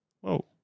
Whoa